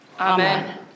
Amen